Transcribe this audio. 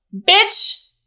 bitch